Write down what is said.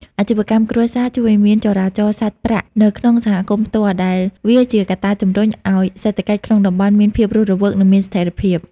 អាជីវកម្មគ្រួសារជួយឱ្យមានការចរាចរណ៍សាច់ប្រាក់នៅក្នុងសហគមន៍ផ្ទាល់ ដែលវាជាកត្តាជំរុញឱ្យសេដ្ឋកិច្ចក្នុងតំបន់មានភាពរស់រវើក និងមានស្ថិរភាព។